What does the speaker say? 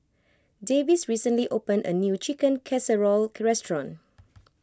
Davis recently opened a new Chicken Casserole restaurant